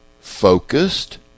focused